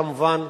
כמובן,